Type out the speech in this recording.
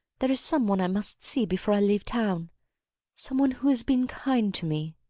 there is some one i must see before i leave town some one who has been kind to me.